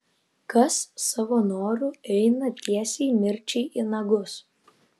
kas savo noru eina tiesiai mirčiai į nagus